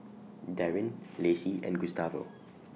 Darrin Lacie and Gustavo